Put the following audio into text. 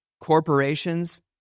corporations